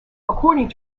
according